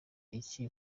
iki